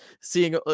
seeing